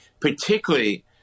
particularly